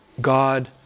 God